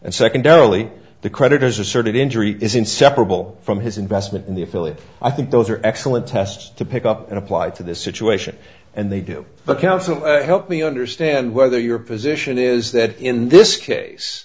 and secondarily the creditors asserted injury is inseparable from his investment in the phillips i think those are excellent tests to pick up and apply to this situation and they do but counsel help me understand whether your position is that in this case